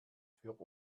für